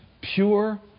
pure